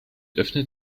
öffnet